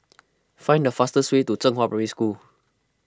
find the fastest way to Zhenghua Primary School